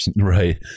Right